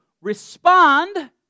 respond